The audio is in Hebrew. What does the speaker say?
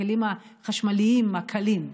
הכלים החשמליים הקלים,